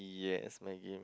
yes maggie mee